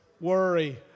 worry